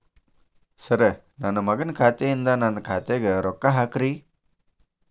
sir ನನ್ನ ಮಗನ ಖಾತೆ ಯಿಂದ ನನ್ನ ಖಾತೆಗ ರೊಕ್ಕಾ ಹಾಕ್ರಿ